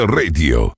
radio